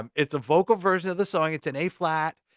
um it's a vocal version of the song, it's in a flat,